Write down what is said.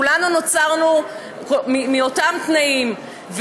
כולנו נוצרו מאותם תנאים,